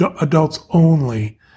adults-only